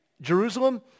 Jerusalem